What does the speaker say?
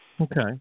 Okay